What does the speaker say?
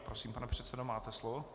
Prosím, pane předsedo, máte slovo.